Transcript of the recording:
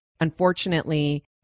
unfortunately